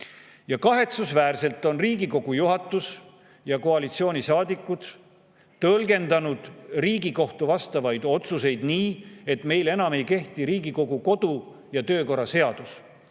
Kahetsusväärselt on Riigikogu juhatus ja koalitsioonisaadikud tõlgendanud Riigikohtu vastavaid otsuseid nii, et meil ei kehti enam Riigikogu kodu- ja töökorra seadus.